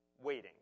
waiting